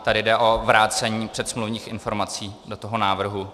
Tady jde o vrácení předsmluvních informací do toho návrhu.